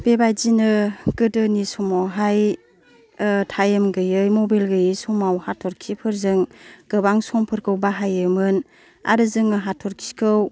बेबायदिनो गोदोनि समावहाय टाइम गैयै मबेल गैयै समाव हाथरखिफोरजों गोबां समफोरखौ बाहायोमोन आरो जोङो हाथरखिखौ